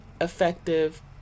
effective